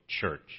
church